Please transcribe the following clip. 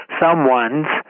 someones